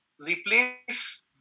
replace